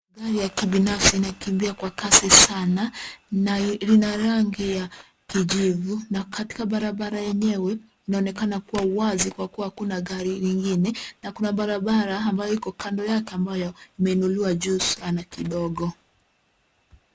Gari ya kibinafsi inakimbia kwa kasi sana na lina rangi ya kijivu na katika barabara yenyewe inaonekana kuwa wazi kwa kuwa hakuna gari lingine na kuna barabara ambayo iko kando yake ambayo imeinuliwa juu sana kidogo.